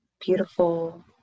Beautiful